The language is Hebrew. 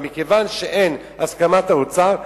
מכיוון שאין הסכמת האוצר,